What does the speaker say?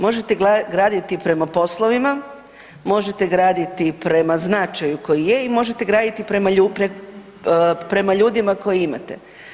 Možete graditi prema poslovima, možete graditi prema značaju koji je i možete graditi prema ljudima koje imate.